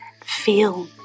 Feel